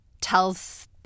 tells